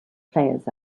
players